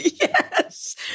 yes